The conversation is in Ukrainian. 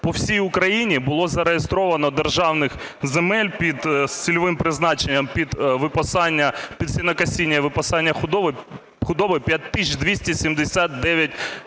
по всій Україні було зареєстровано державних земель з цільовим призначенням під випасання, під сінокосіння і випасання худоби – 5